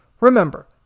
Remember